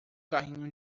carrinho